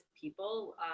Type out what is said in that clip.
people